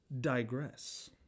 Digress